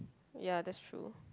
ya that's true